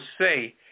say